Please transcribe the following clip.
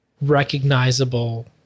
recognizable